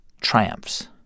triumphs